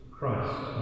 Christ